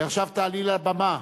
עכשיו תעלי לבמה.